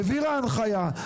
העבירה הנחייה,